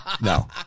No